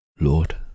Lord